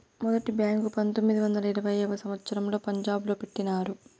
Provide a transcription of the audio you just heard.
మొదటి బ్యాంకు పంతొమ్మిది వందల ఇరవైయవ సంవచ్చరంలో పంజాబ్ లో పెట్టినారు